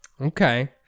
Okay